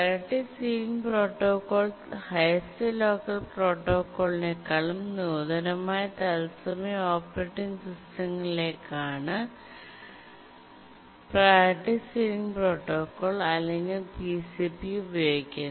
priority ceiling protocol highest locker പ്രോട്ടോക്കോളിനേക്കാളും നൂതനമായ തത്സമയ ഓപ്പറേറ്റിംഗ് സിസ്റ്റങ്ങളിലേക്കാണ് പ്രിയോറിറ്റി സീലിംഗ് പ്രോട്ടോക്കോൾ അല്ലെങ്കിൽ PCP ഉപയോഗിക്കുന്നത്